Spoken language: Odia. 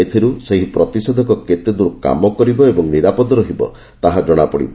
ଏଥିରୁ ସେହି ପ୍ରତିଷେଧକ କେତେଦୂର କାମ କରିବ ଓ ନିରାପଦ ରହିବ ତାହା ଜଣାପଡ଼ିବ